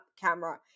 camera